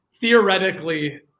theoretically –